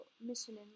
mission